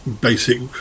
basic